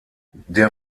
der